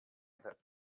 that